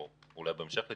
או אולי בהמשך לדבריה,